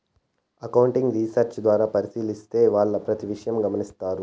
accounting research ద్వారా పరిశీలించే వాళ్ళు ప్రతి విషయం గమనిత్తారు